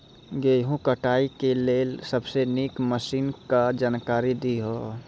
गेहूँ कटाई के लेल सबसे नीक मसीनऽक जानकारी दियो?